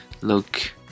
look